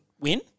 win